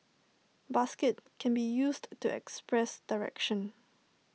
basket can be used to express direction